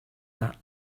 that